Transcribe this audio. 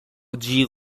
جیغ